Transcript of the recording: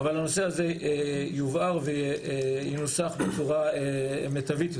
אבל הנושא הזה יובהר וינוסח בצורה טובה יותר.